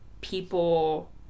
people